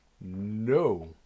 No